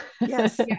yes